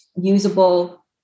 usable